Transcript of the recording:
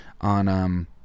on –